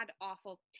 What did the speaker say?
awful